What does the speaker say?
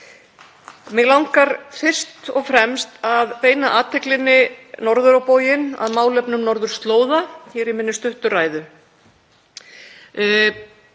Mig langar fyrst og fremst að beina athyglinni norður á bóginn, að málefnum norðurslóða, í minni stuttu ræðu.